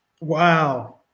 Wow